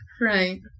right